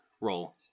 roll